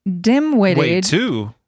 dim-witted-